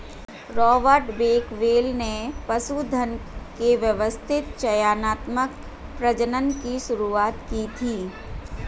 Robert Bakewell ने पशुधन के व्यवस्थित चयनात्मक प्रजनन की शुरुआत की थी